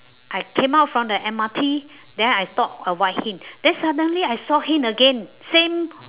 I came out from the M_R_T then I thought avoid him then suddenly I saw him again same